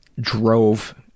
drove